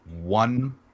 one